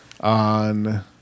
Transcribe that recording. On